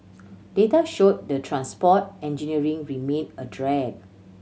data showed the transport engineering remained a drag